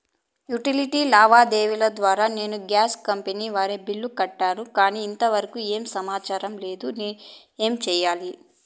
Utility లావాదేవీల ద్వారా నేను గ్యాస్ కంపెని వారి బిల్లు కట్టాను కానీ ఇంతవరకు ఏమి సమాచారం లేదు, ఏమి సెయ్యాలి?